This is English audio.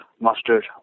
mustard